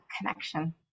connection